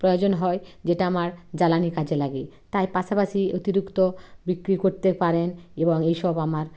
প্রয়োজন হয় যেটা আমার জ্বালানির কাজে লাগে তাই পাশাপাশি অতিরিক্ত বিক্রি করতে পারেন এবং এইসব আমার